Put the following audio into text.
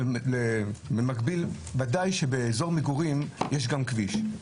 במקביל בוודאי שבאזור מגורים יש גם כביש,